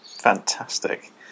Fantastic